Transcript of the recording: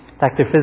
Dr